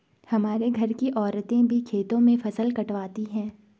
हमारे घर की औरतें भी खेतों में फसल कटवाती हैं